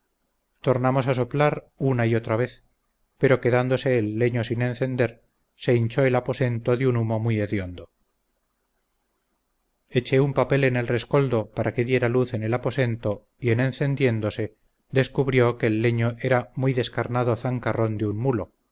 tornarnos a soplar una y otra vez pero quedándose el leño sin encender se hinchó el aposento de un humo muy hediondo eché un papel en el rescoldo para que diera luz en el aposento y en encendiéndose descubrió que el leño era un muy descarnado zancarrón de un mulo